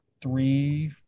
Three